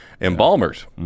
embalmers